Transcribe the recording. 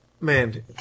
man